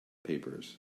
papers